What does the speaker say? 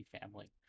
family